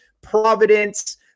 Providence